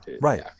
Right